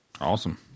Awesome